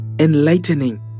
enlightening